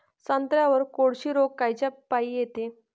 संत्र्यावर कोळशी रोग कायच्यापाई येते?